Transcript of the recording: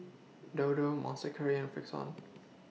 Dodo Monster Curry and Frixion